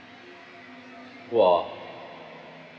!wah!